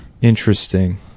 interesting